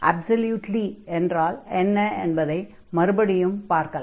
absolutely என்றால் என்ன என்பதை மறுபடியும் பார்க்கலாம்